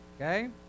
Okay